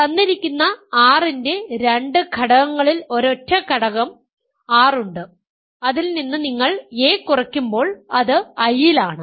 തന്നിരിക്കുന്ന R ന്റെ രണ്ട് ഘടകങ്ങളിൽ ഒരൊറ്റ ഘടകം R ഉണ്ട് അതിൽനിന്ന് നിങ്ങൾ a കുറയ്ക്കുമ്പോൾ അത് I ലാണ്